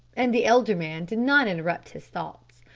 and the elder man did not interrupt his thoughts.